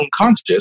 unconscious